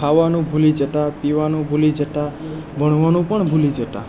ખાવાનું ભૂલી જતા પીવાનું ભૂલી જતા ભણવાનું પણ ભૂલી જતા